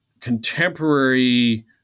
contemporary